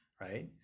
right